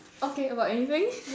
okay about anything